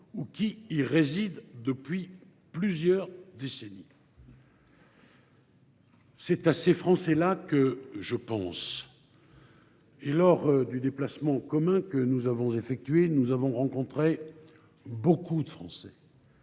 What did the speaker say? ou qui y résident depuis plusieurs décennies. C’est à ces Français là que je pense. Lors du déplacement en commun que nous avons effectué, nous avons rencontré beaucoup de Français,